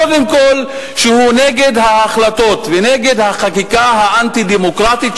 קודם כול שהוא נגד ההחלטות ונגד החקיקה האנטי-דמוקרטית,